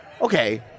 okay